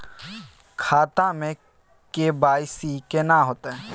खाता में के.वाई.सी केना होतै?